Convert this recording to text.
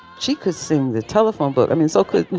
she could sing the telephone book. i mean, so could he.